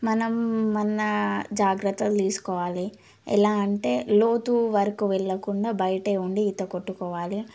మనం మన జాగ్రత్తలు తీసుకోవాలి ఎలా అంటే లోతు వరకు వెళ్ళకుండా బయటే ఉండి ఈత కొట్టుకోవాలి